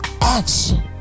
action